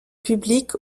public